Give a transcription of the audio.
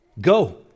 Go